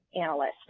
analyst